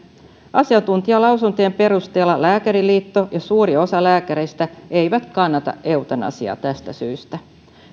asiantuntijalausuntojen perusteella lääkäriliitto ja suuri osa lääkäreistä eivät kannata eutanasiaa tästä syystä